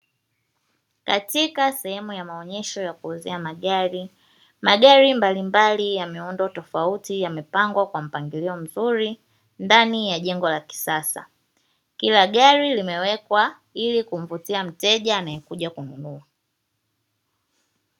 Katika sehemu ya maonyesho ya kuuzia magari, magari mbalimbali ya miundo tofauti yamepangwa kwa mpangilio mzuri ndani ya jengo la kisasa kila gari limewekwa ili kumvutia mteja anae kuja kununua.